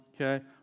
okay